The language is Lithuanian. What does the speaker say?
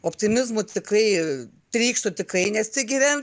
optimizmu tikrai trykštu tikrai nesigiriant